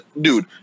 dude